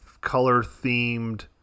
color-themed